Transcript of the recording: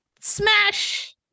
smash